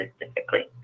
specifically